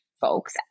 folks